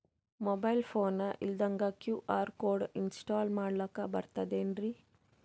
Mobile phone ಇಲ್ದಂಗ QR code install ಮಾಡ್ಲಕ ಬರ್ತದೇನ್ರಿ?